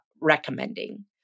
recommending